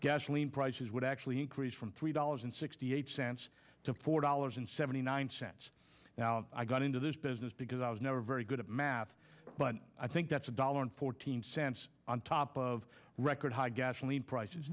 gasoline prices would actually increase from three dollars and sixty eight cents to four dollars and seventy nine cents now i got into this business because i was never very good at math but i think that's a dollar and fourteen cents on top of record high gasoline prices